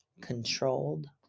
controlled